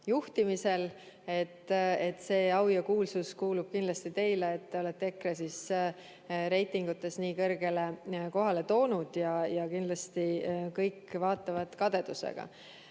juhtimisel. See au ja kuulsus kuulub kindlasti teile, et te olete EKRE reitingutes nii kõrgele kohale toonud, ja kindlasti kõik vaatavad kadedusega.